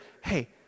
hey